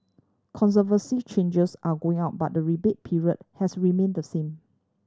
conservancy charges are going up but the rebate period has remained the same